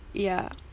ya